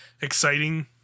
exciting